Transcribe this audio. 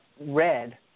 red